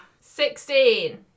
Sixteen